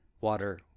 water